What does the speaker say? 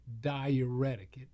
diuretic